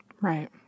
Right